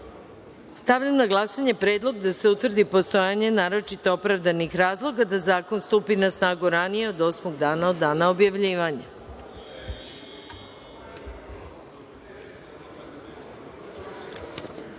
amandman. Stavljam na glasanje predlog da se utvrdi postojanje naročito opravdanih razloga da zakon stupi na snagu ranije od osmog dana od dana objavljivanja. Zaključujem